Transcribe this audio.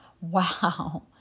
wow